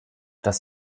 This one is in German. das